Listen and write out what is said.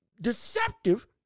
deceptive